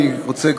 אני רוצה,